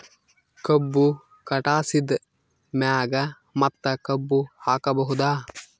ಕಬ್ಬು ಕಟಾಸಿದ್ ಮ್ಯಾಗ ಮತ್ತ ಕಬ್ಬು ಹಾಕಬಹುದಾ?